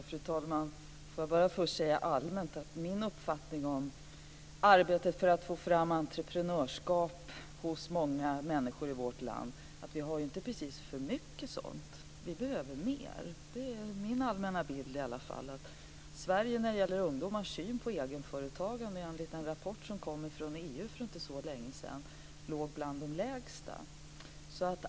Fru talman! Får jag bara först allmänt säga att min uppfattning när det gäller arbetet för att få fram entreprenörskap hos många människor i vårt land är att vi inte precis har för mycket sådant. Vi behöver mer! Det är i alla fall min allmänna bild att Sverige när det gäller ungdomars syn på egenföretagande enligt en rapport som kom från EU för inte så länge sedan fanns bland dem som låg sämst till.